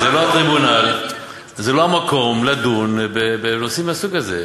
וזה לא טריבונל וזה לא המקום לדון בנושאים מהסוג הזה.